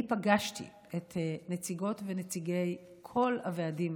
אני פגשתי את נציגות ונציגי כל הוועדים